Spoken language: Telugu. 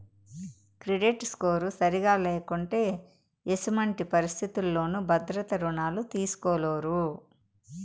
క్రెడిట్ స్కోరు సరిగా లేకుంటే ఎసుమంటి పరిస్థితుల్లోనూ భద్రత రుణాలు తీస్కోలేరు